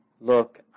look